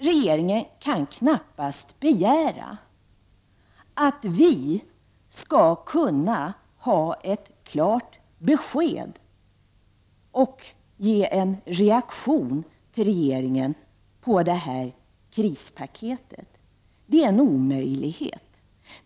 Regeringen kan knappast begära att vi skall kunna ha ett klart besked och ge en reaktion till regeringen på det här krispaketet, det är en omöjlighet.